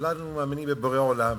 וכולנו מאמינים בבורא עולם,